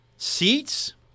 Seats